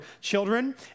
children